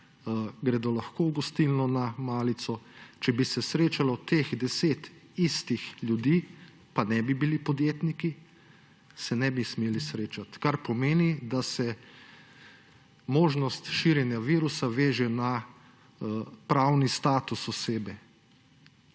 gredo lahko v gostilno na malico. Če bi se srečalo teh 10 istih ljudi, pa ne bi bili podjetniki, se ne bi smeli srečati, kar pomeni, da se možnost širjenja virusa veže na pravni status osebe.